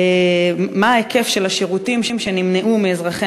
מהו ההיקף של השירותים שנמנעו מאזרחי